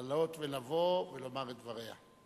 לעלות ולבוא ולומר את דבריה.